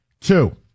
Two